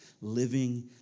living